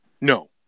No